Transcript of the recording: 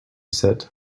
said